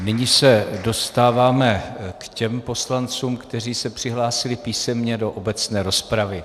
Nyní se dostáváme k těm poslancům, kteří se přihlásili písemně do obecné rozpravy.